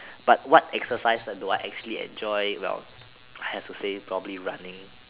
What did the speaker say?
but what exercise do I actually enjoy well I have to say probably running